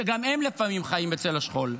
שגם הם לפעמים חיים בצל השכול.